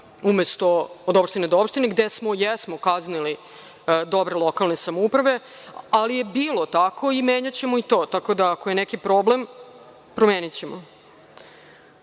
umesto od opštine do opštine gde smo, jesmo kaznili dobre lokalne samouprave, ali je bilo tako i menjaćemo i to. Tako da ako je neki problem, promenićemo. Normalno